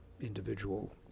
individual